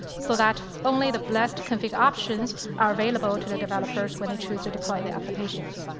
so that only the blessed config options are available to the developers when they choose to deploy their applications.